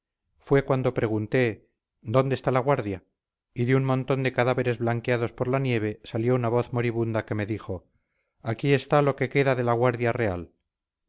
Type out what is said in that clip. fue cuando pregunté dónde está la guardia y de un montón de cadáveres blanqueados por la nieve salió una voz moribunda que me dijo aquí está lo que queda de la guardia real